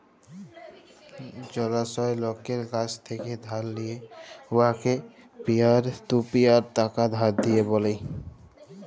জালাশলা লকের কাছ থ্যাকে ধার লিঁয়ে উয়াকে পিয়ার টু পিয়ার টাকা ধার দিয়া ব্যলে